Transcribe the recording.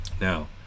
Now